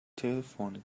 telephoned